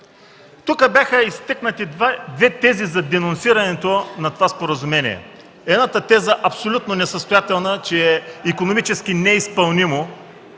Тук бяха изтъкнати две тези за денонсиране на това споразумение. Едната теза е абсолютно несъстоятелна – че икономически е неизпълним